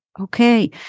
Okay